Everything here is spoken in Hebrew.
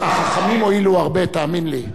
החכמים הועילו הרבה, תאמין לי.